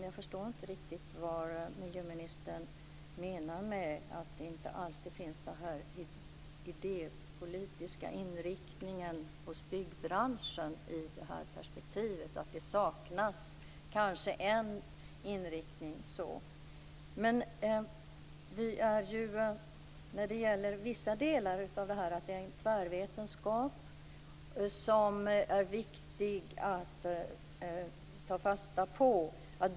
Jag förstår inte riktigt vad miljöministern menar med att det inte alltid finns den idépolitiska inriktningen hos byggbranschen i det här perspektivet, att det kanske saknas en inriktning. Här finns en tvärvetenskap som är viktig att ta fasta på.